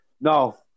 No